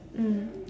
mm